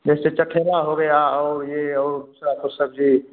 जैसे चखेरा हो गया और ये और सब वो सब्जी